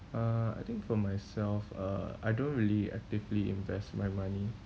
uh I think for myself uh I don't really actively invest my money